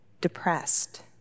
depressed